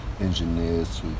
engineers